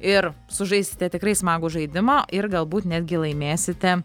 ir sužaisite tikrai smagų žaidimą ir galbūt netgi laimėsite